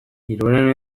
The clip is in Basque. hirurehun